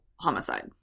homicide